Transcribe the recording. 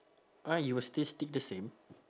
ah you will still stick the same